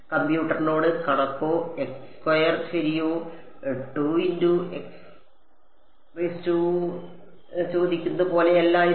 കംപ്യൂട്ടറിനോട് കണക്കോ ശരിയോ ചോദിക്കുന്നത് പോലെയല്ല ഇത്